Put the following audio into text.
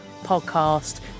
podcast